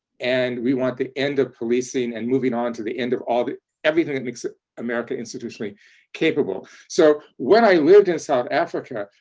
and we want the end up policing and moving on to the end of all the everything that makes america institutionally capable. so when i lived in south africa,